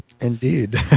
Indeed